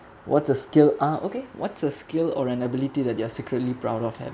what's a skill ah okay what's a skill or an ability that you're secretly proud of having